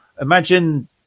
imagine